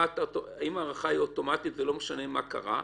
אם ההארכה היא אוטומטית ולא משנה מה קרה,